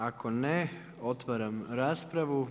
Ako ne, otvaram raspravu.